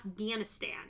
Afghanistan